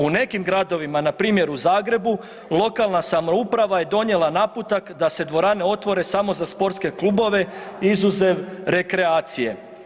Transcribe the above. U nekim gradovima, npr. u Zagrebu lokalna samouprava je donijela naputak da se dvorane otvore samo za sportske klubove izuzev rekreacije.